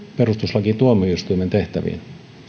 perustuslakituomioistuimen tehtäviin